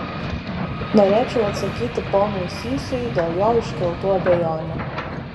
norėčiau atsakyti ponui sysui dėl jo iškeltų abejonių